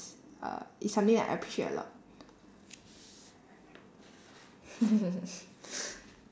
uh is something that I appreciate a lot